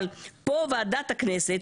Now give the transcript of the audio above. אבל פה ועדת הכנסת,